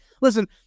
Listen